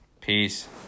Peace